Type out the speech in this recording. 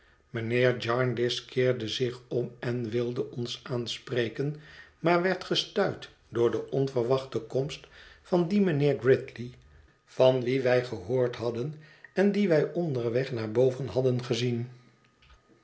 mijnheer jarndyce keerde zich om en wilde ons aanspreken maar werd gestuit door de onverwachte komst van dien mijnheer gridley van wien wij gehoord hadden en dien wij onderweg naar boven hadden gezien